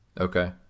Okay